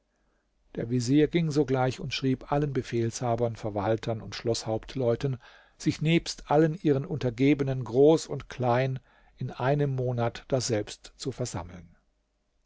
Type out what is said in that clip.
der vezier ging sogleich und schrieb allen befehlshabern verwaltern und schloßhauptleuten sich nebst allen ihren untergebenen groß und klein in einem monat daselbst zu versammeln